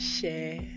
Share